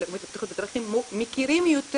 הלאומית לבטיחות בדרכים מכירים יותר,